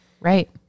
Right